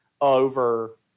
over